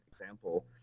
example